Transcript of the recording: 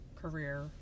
career